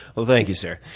well, thank you, sir.